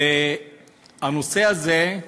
בנושא הזה,